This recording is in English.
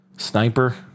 Sniper